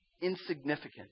insignificant